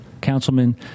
Councilman